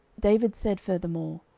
david said furthermore,